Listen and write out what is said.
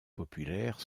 populaire